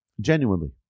Genuinely